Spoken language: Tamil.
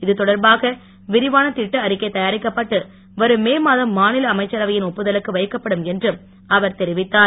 இது தொடர்பாக விரிவான தட்ட அறிக்கை தயாரிக்கப்பட்டு வரும் மே மாதம் மாநில அமைச்சரவையின் ஒப்புதலுக்கு வைக்கப்படும் என்றும் அவர் தெரிவித்தார்